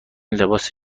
لباس